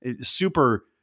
super